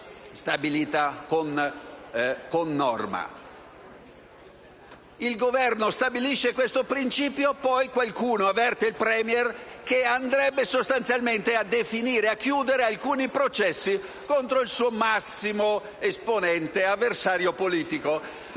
stabilita con norma. Il Governo stabilisce questo principio, ma poi qualcuno avverte il *Premier* che andrebbe a definire, a chiudere alcuni processi a carico del suo massimo esponente nonché avversario politico.